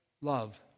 love